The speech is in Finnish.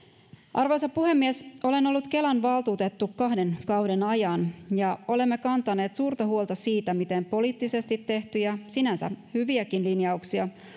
arvoisa puhemies olen ollut kelan valtuutettu kahden kauden ajan ja olemme kantaneet suurta huolta siitä miten poliittisesti tehtyjä sinänsä hyviäkin linjauksia